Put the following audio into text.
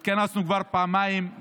התכנסנו כבר פעמיים,